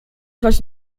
choć